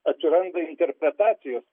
atsiranda interpretacijos